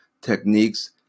techniques